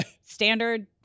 standard